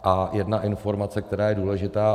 A jedna informace, která je důležitá.